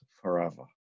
forever